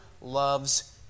loves